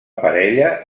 parella